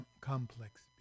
complex